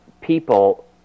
people